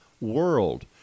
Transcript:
world